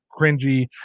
cringy